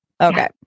Okay